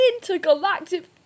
intergalactic